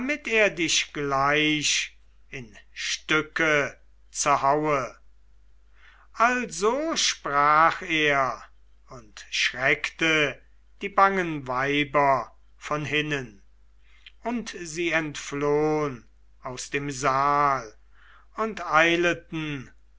er dich gleich in stücke zerhaue also sprach er und schreckte die bangen weiber von hinnen und sie entflohn aus dem saal und eileten